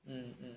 mm